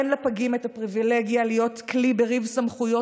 אין לפגים את הפריבילגיה להיות כלי בריב סמכויות